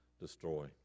destroy